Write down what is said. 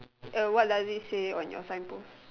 a what does it say on your sign post